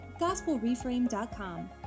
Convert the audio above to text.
gospelreframe.com